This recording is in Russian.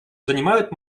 занимают